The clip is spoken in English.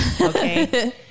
okay